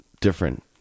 different